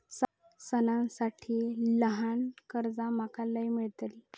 सणांसाठी ल्हान कर्जा माका खय मेळतली?